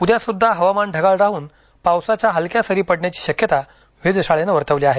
उद्यासुद्धा हवामान ढगाळ राहून पावसाच्या हलक्या सरी पडण्याची शक्यता वेधशाळेनं वर्तवली आहे